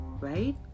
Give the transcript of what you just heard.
right